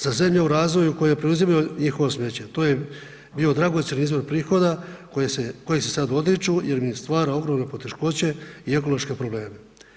Sa zemljom u razvoju koje preuzimaju njihovo smeće, to je bio dragocjen izvor prihoda kojeg se sad odriču jer im stvara ogromne poteškoće i ekološke probleme.